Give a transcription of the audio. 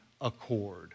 accord